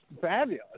fabulous